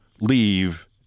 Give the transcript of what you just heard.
leave